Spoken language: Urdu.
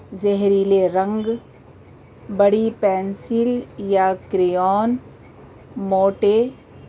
زہریلے رنگ بڑی پینسل یا کریئون موٹے